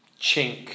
chink